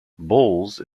bowls